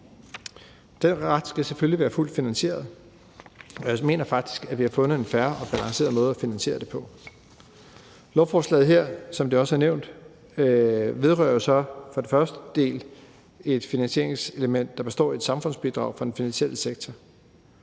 Den ret skal selvfølgelig være fuldt finansieret. Og jeg mener faktisk, at vi har fundet en fair og balanceret måde at finansiere det på. Lovforslaget her indeholder, som det også er nævnt, i den første del et finansieringselement, der består af et samfundsbidrag fra den finansielle sektor,